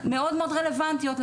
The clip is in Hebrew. מאוד מאוד רלוונטיות,